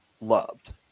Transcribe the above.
loved